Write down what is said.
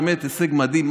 באמת הישג מדהים,